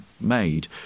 made